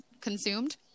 consumed